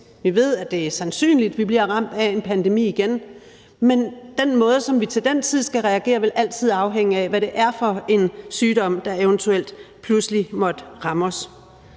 Vi ved, at det er sandsynligt, at vi bliver ramt af en pandemi igen, men den måde, som vi til den tid skal reagere på, vil altid afhænge af, hvad det er for en sygdom, der eventuelt pludselig måtte ramme os.